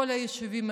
כל היישובים,